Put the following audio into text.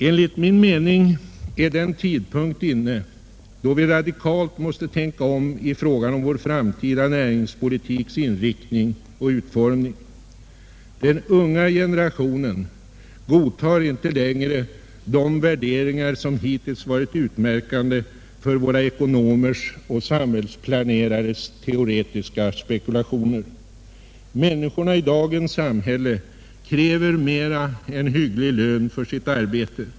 Enligt min mening är den tidpunkt inne då vi radikalt måste tänka om i fråga om vår framtida näringspolitiks inriktning och utformning. Den unga generationen godtar inte längre de värderingar som hittills varit utmärkande för våra ekonomers och samhällsplanerares teoretiska spekulationer. Människorna i dagens samhälle kräver mera än en hygglig lön för sitt arbete.